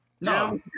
no